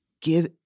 give